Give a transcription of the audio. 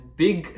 big